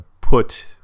put